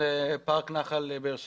פארק נחל באר שבע?